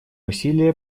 усилия